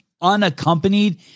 unaccompanied